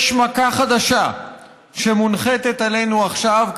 יש מכה חדשה שמונחתת עלינו עכשיו,